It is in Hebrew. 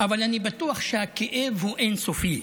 אבל אני בטוח שהכאב הוא אין-סופי,